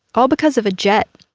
all because of a jet.